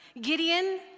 Gideon